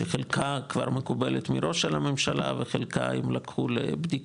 שחלקה כבר מקובלת מראש על הממשלה וחלקה הם לקחו לבדיקה,